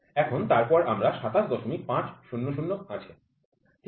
এখন তারপর আমার ২৭৫০০ আছে ঠিক আছে